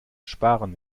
sparen